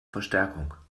verstärkung